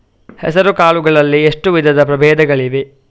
ಹೆಸರುಕಾಳು ಗಳಲ್ಲಿ ಎಷ್ಟು ವಿಧದ ಪ್ರಬೇಧಗಳಿವೆ?